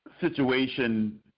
situation